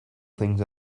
things